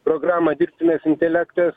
programą dirbtinas intelektas